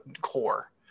core